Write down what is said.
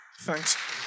Thanks